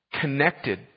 connected